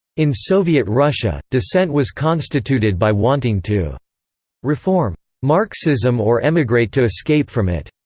in soviet russia, dissent was constituted by wanting to reform marxism or emigrate to escape from it.